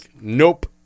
Nope